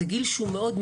זה גיל שהוא מאוד,